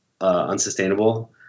unsustainable